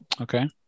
Okay